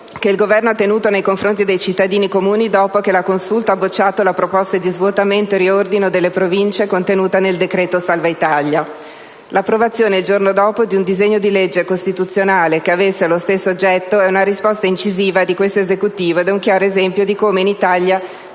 che il Governo ha tenuto nei confronti dei cittadini comuni dopo che la Consulta ha bocciato la proposta di svuotamento e riordino delle Province contenuta nel cosiddetto decreto salva Italia. L'approvazione il giorno dopo di un disegno di legge costituzionale che avesse lo stesso oggetto è una risposta incisiva di questo Esecutivo ed è un chiaro esempio di come in Italia